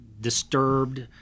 disturbed